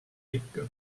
ikka